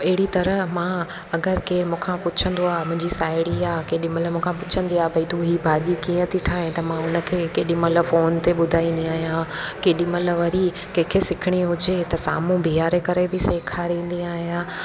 अहिड़ी तरह मां अगरि कंहिं मूंखां पुछंदो आहे मुंहिंजी साहेड़ी आहे केॾीमहिल मूंखां पुछंदी आहे भई तूं हीअ भाॼी कीअं थी ठाहे त मां उन खे केॾीमहिल फोन ते ॿुधाईंदी आहियां केॾीमहिल वरी कंहिंखें सिखणी हुजे त साम्हूं बीहारे करे बि सेखारींदी आहियां